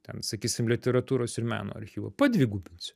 ten sakysim literatūros ir meno archyvą padvigubinsiu